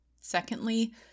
Secondly